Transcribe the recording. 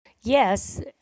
Yes